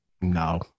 no